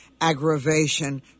Aggravation